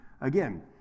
Again